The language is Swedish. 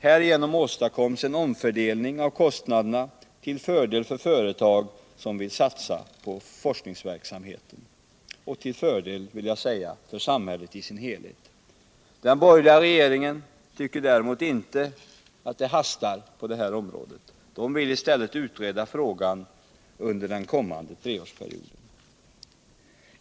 Härigenom åstadkoms en omfördelning av kostnaderna, till fördel för företag som vill satsa på forskningsverksamhet och till fördel, vill jag säga, för samhället i dess helhet. Den borgerliga regeringen tycker däremot inte att det hastar med att satsa på detta område. Den vill i stället utreda frågan under den kommande treårsperioden.